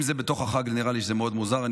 אם זה בתוך החג, נראה לי שזה מוזר מאוד.